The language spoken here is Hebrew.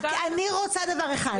אני רוצה דבר אחד.